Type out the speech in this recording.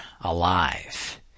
alive